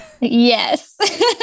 Yes